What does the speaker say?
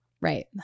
Right